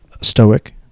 stoic